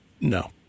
No